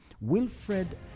wilfred